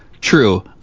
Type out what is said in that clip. True